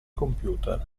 computer